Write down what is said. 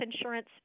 insurance